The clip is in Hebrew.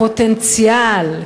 הפוטנציאל.